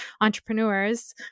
entrepreneurs